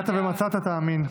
יגעת ומצאת, תאמין.